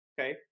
okay